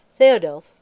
Theodulf